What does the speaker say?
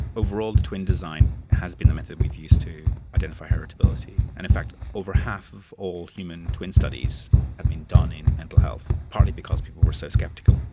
overall the twin design has been a method we've used to identify heritability, and in fact over half of all human twin studies have been done in mental health, partly because people were so sceptical.